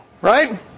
right